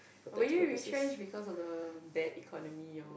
were you retrenched because of the bad economy or